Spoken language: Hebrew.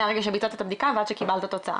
מהרגע שביצעת את הבדיקה ועד שקיבלת את התוצאה.